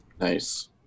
Nice